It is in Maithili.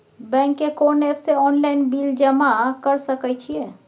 बैंक के कोन एप से ऑनलाइन बिल जमा कर सके छिए?